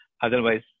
Otherwise